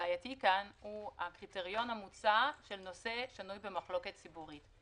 שבעייתי כאן הוא הקריטריון המוצע של נושא השנוי במחלוקת ציבורית.